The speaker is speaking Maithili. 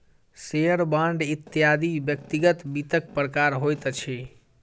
शेयर, बांड इत्यादि व्यक्तिगत वित्तक प्रकार होइत अछि